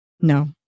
No